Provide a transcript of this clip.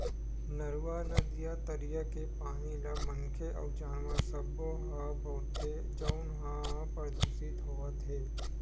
नरूवा, नदिया, तरिया के पानी ल मनखे अउ जानवर सब्बो ह बउरथे जउन ह परदूसित होवत हे